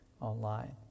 online